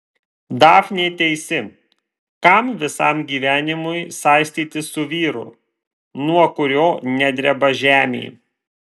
dafnė teisi kam visam gyvenimui saistytis su vyru nuo kurio nedreba žemė